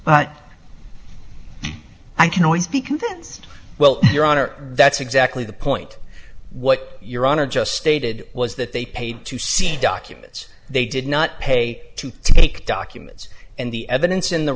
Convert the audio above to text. but i can always be convinced well your honor that's exactly the point what your honor just stated was that they paid to see documents they did not pay to take documents and the evidence in the